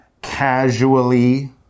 Casually